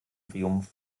triumph